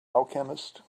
alchemist